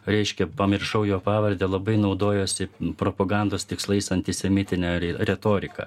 reiškia pamiršau jo pavardę labai naudojosi propagandos tikslais antisemitinę retoriką